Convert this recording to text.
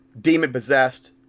demon-possessed